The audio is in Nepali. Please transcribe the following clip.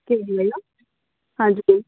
के भन्नु भयो हजुर